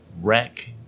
wreck